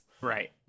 Right